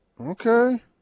Okay